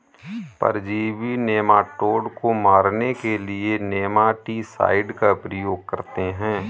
परजीवी नेमाटोड को मारने के लिए नेमाटीसाइड का प्रयोग करते हैं